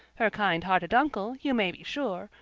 her kind-hearted uncle, you may be sure,